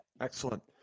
excellent